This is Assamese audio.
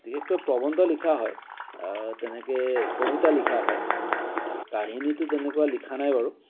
বিশেষকৈ প্ৰৱন্ধ লিখা হয় তেনেকে কবিতা লিখা হয় কাহিনীটো তেনেকুৱা লিখা নাই বাৰু